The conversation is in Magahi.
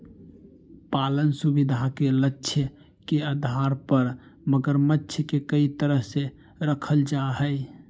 पालन सुविधा के लक्ष्य के आधार पर मगरमच्छ के कई तरह से रखल जा हइ